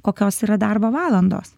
kokios yra darbo valandos